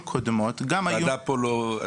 קודמות גם היו --- הוועדה פה לא מכירה,